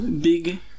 big